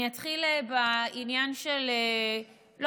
אני אתחיל דווקא בעניין של המורים,